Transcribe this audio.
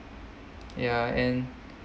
ya and